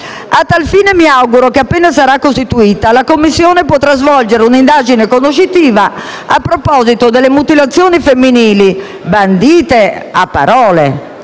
A tal fine, mi auguro che, appena sarà costituita, la Commissione potrà svolgere un'indagine conoscitiva a proposito delle mutilazioni femminili, bandite a parole